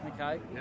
Okay